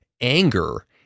anger